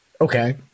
Okay